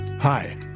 Hi